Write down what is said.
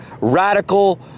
radical